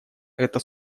это